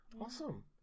awesome